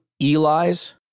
Eli's